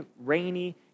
rainy